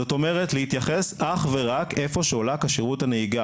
זאת אומרת להתייחס אך ורק איפה שעולה כשירות הנהיגה.